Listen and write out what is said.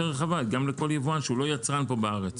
רחבה לכל יבואן שהוא לא יצרן פה בארץ.